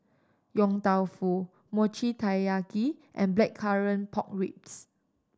Yong Tau Foo Mochi Taiyaki and Blackcurrant Pork Ribs